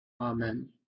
Amen